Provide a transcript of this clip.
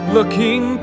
Looking